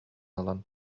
ылан